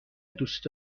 دوست